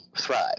thrive